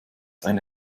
eine